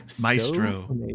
maestro